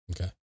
Okay